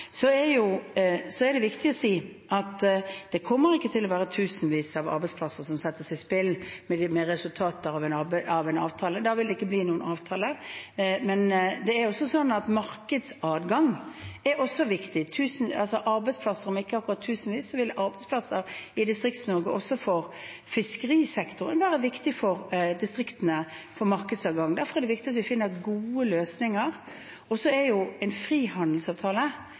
Så er det viktig å si at det ikke kommer til å være tusenvis av arbeidsplasser som settes i spill ved resultatet av en avtale. Da vil det ikke bli noen avtale. Men markedsadgang er også viktig for arbeidsplasser, om ikke tusenvis, i Distrikts-Norge, også i fiskerisektoren. Det er viktig for distriktene å få markedsadgang. Derfor er det viktig at vi finner gode løsninger. En frihandelsavtale er